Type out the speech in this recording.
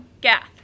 Gath